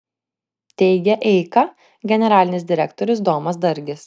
teigia eika generalinis direktorius domas dargis